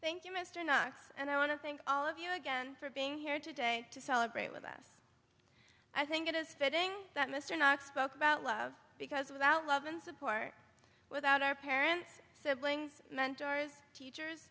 thank you mr knox and i want to thank all of you again for being here today to celebrate with us i think it is fitting that mr knox spoke about love because without love and support without our parents siblings mentors teachers